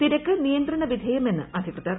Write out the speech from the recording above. തിരക്ക് നിയന്ത്രണ വിധേയമെന്ന് അധികൃതർ